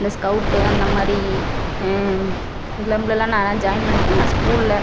இந்த ஸ்கவுட்டு அந்தமாதிரி க்ளப்லலாம் நான்லாம் ஜாயிண்ட் பண்ணிவிட்டு ஸ்கூலில்